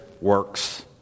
works